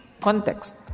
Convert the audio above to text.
context